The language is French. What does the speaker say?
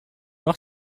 noir